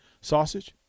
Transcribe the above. Sausage